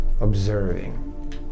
observing